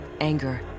Anger